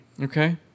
Okay